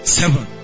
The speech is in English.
seven